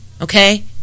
Okay